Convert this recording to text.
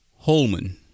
Holman